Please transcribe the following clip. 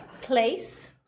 Place